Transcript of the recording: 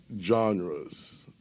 genres